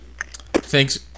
Thanks